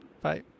Bye